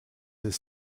his